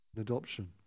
adoption